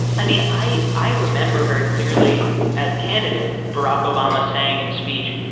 i mean, i i remember very clearly, as a candidate, barack obama saying in a speech,